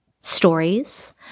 stories